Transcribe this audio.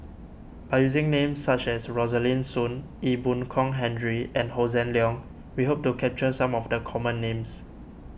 by using names such as Rosaline Soon Ee Boon Kong Henry and Hossan Leong we hope to capture some of the common names